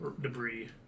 debris